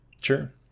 Sure